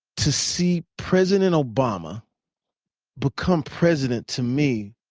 to see president obama become president, to me